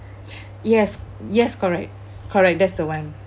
yes yes correct correct that's the one